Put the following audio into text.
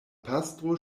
pastro